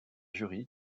jury